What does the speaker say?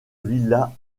villa